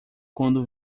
quando